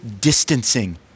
distancing